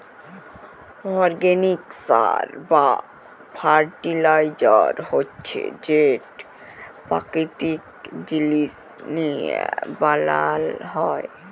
organic সার বা fertiliser হছে যেট পাকিতিক জিলিস লিঁয়ে বালাল হ্যয়